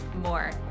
more